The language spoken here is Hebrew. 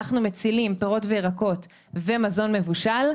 אנחנו מצילים פירות וירקות ומזון מבושל,